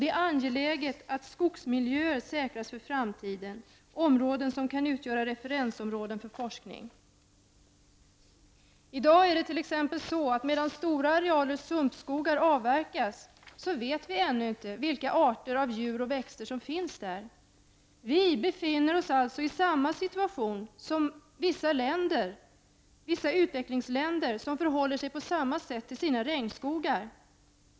Det är angeläget att skogsmiljöer säkras för framtiden — områden som skall kunna utgöra referensområden för forskning. I dag avverkas t.ex. stora arealer sumpskogar. Men vi vet ännu inte vilka arter av djur och växter som finns där. Vi befinner oss alltså i samma situation som vissa utvecklingsländer när det gäller deras regnskogar.